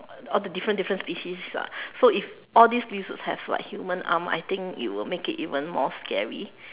all the different different species [what] so if all these lizards have like human arm I think it would make it even more scary